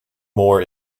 more